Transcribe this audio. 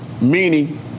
Meaning